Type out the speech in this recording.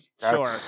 sure